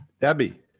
Debbie